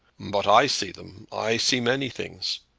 but i see them. i see many things.